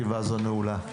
ישיבה זו נעולה.